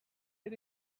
sit